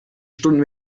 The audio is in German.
stunden